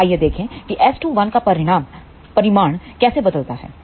तो आइए देखें किS21 का परिमाण कैसे बदलता है